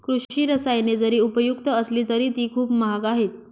कृषी रसायने जरी उपयुक्त असली तरी ती खूप महाग आहेत